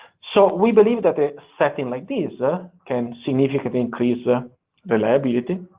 so we believe that a setting like this ah can significantly increase ah reliability,